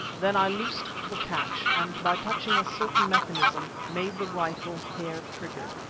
then i loosed the catch and by touching a certain mechanism, made the rifle hair-triggered.